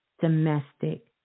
domestic